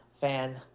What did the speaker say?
fan